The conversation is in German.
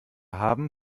haben